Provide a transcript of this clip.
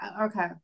okay